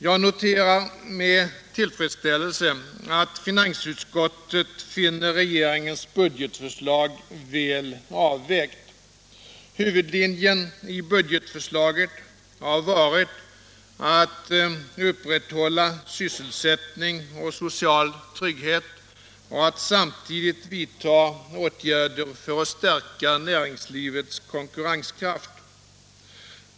Jag noterar med tillfredsställelse att finansutskottet finner regeringens budgetförslag väl avvägt. Huvudlinjen i budgetförslaget har varit att upprätthålla sysselsättning och social trygghet och att samtidigt vidta åtgärder för att stärka näringslivets konkurrenskraft.